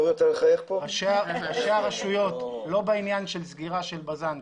ראשי הרשויות לא בעניין של סגירה של בז"ן,